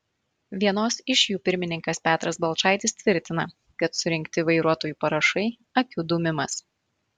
vienos iš jų pirmininkas petras balčaitis tvirtina kad surinkti vairuotojų parašai akių dūmimas